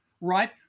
right